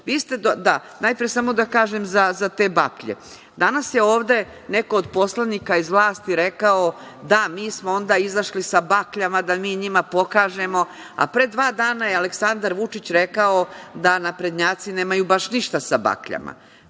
dozvolili? Najpre, samo da kažem za te baklje. Danas je ovde neko od poslanika iz vlasti rekao – da, mi smo onda izašli sa bakljama da mi njima pokažemo, a pre dva dana je Aleksandar Vučić rekao da naprednjaci nemaju baš ništa sa bakljama.